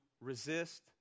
resist